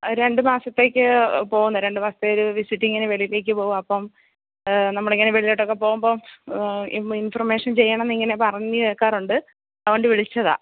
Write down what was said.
രണ്ട് മാസത്തേക്ക് പോന്നെ രണ്ടു മാസത്തെ ഒരു വിസിറ്റിംഗിന് വെളിയിലേക്ക് പോവുകയാണ് അപ്പോള് നമ്മളിങ്ങനെ വെളിയിലോട്ടൊക്കെ പോകുമ്പോള് ഇൻഫർമേഷൻ ചെയ്യണമെന്നിങ്ങനെ പറഞ്ഞു കേള്ക്കാറുണ്ട് അതുകൊണ്ട് വിളിച്ചതാണ്